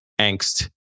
angst